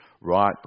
right